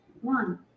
One